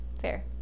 fair